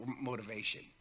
motivation